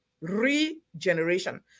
regeneration